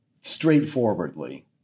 straightforwardly